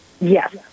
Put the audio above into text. yes